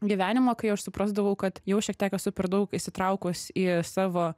gyvenimo kai aš suprasdavau kad jau šiek tiek esu per daug įsitraukus į savo